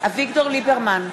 אביגדור ליברמן,